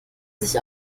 sich